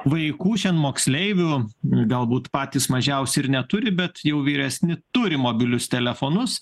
vaikų šian moksleivių galbūt patys mažiausi ir neturi bet jau vyresni turi mobilius telefonus